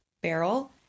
barrel